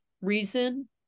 reason